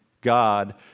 God